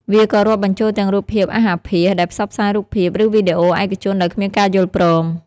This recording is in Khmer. វាក៏រាប់បញ្ចូលទាំងរូបភាពអាសអាភាស ដែលផ្សព្វផ្សាយរូបភាព ឬវីដេអូឯកជនដោយគ្មានការយល់ព្រម។